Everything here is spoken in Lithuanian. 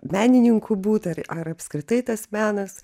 menininku būt ar ar apskritai tas menas